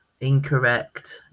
Incorrect